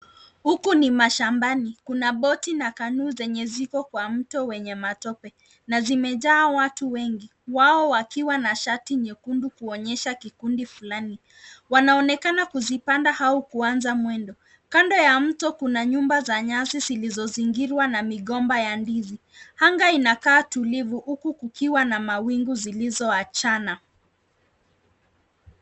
Huku ni mashambani, kuna boti na kanuu zenye ziko kwa mto wenye matope na zimejaa watu wengi, wao wakiwa na shati nyekundu kuonyesha kikundi fulani, wanaonekana kuzipanda au kuanza mwendo, kando ya mto kuna nyumba za nyasi zilizozingirwa na migomba ya ndizi, anga inakaa tulivu huku kukiwa na mawingu zilizo achana.